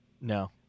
No